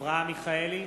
אברהם מיכאלי,